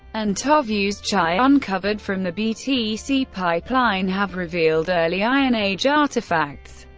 and tovuzchai uncovered from the btc pipeline have revealed early iron age artifacts.